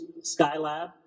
Skylab